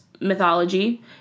mythology